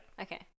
Okay